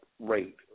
rate